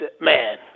man